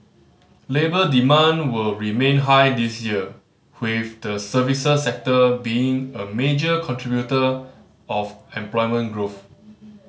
labour demand will remain high this year with the services sector being a major contributor of employment growth